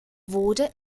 wurde